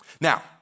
Now